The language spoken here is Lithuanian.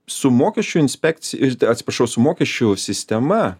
su mokesčių inspekcij atsiprašau su mokesčių sistema